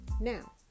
Now